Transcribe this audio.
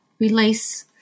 release